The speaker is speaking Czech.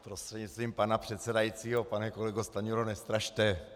Prostřednictvím pana předsedajícího pane kolego Stanjuro, nestrašte!